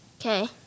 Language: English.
Okay